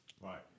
Right